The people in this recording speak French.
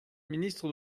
ministre